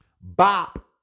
Bop